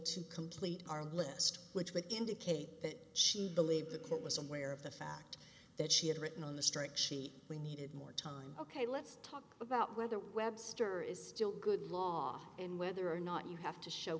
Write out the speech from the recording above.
to complete our list which would indicate that she believed the court was aware of the fact that she had written on the strike sheet we needed more time ok let's talk about whether webster is still good law and whether or not you have to show